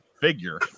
figure